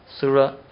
surah